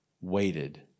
waited